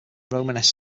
romanesque